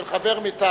של חבר מטעמה,